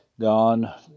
gone